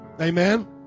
Amen